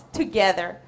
together